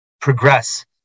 progress